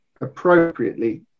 appropriately